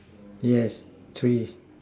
yes three